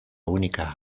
única